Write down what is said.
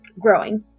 growing